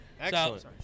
Excellent